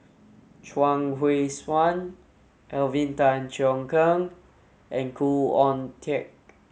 Chuang Hui Tsuan Alvin Tan Cheong Kheng and Khoo Oon Teik